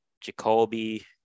Jacoby